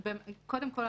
קודם כול,